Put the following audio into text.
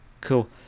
Cool